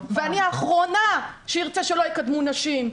אני האחרונה שארצה שלא יקדמו נשים.